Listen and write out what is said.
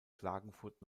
klagenfurt